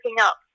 up